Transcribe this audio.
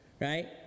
right